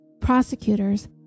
prosecutors